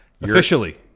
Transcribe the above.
Officially